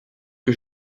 que